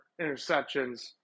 interceptions